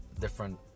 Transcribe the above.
different